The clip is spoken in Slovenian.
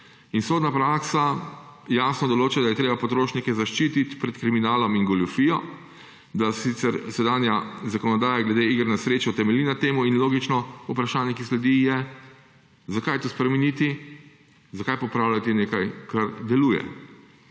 Sodna praksa jasno določa, da je treba potrošnike zaščititi pred kriminalom in goljufijo, da sicer sedanja zakonodaja glede iger na srečo temelji na tem. Logično vprašanje, ki sledi, je, zakaj to spremeniti, zakaj popravljati nekaj, kar deluje.